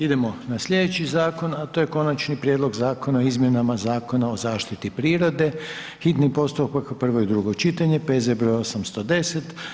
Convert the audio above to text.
Idemo na sljedeći zakon, a to je: - Konačni prijedlog Zakona o izmjenama Zakona o zaštiti prirode, hitni postupak, prvo i drugo čitanje, P.Z. br. 810.